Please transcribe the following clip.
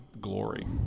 glory